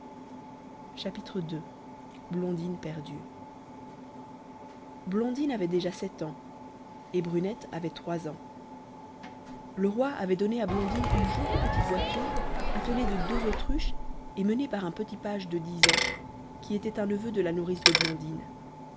ii blondine perdue blondine avait déjà sept ans et brunette avait trois ans le roi avait donné à blondine une jolie petite voiture attelée de deux autruches et menée par un petit page de dix ans qui était un neveu de la nourrice de blondine